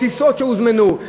טיסות שהוזמנו,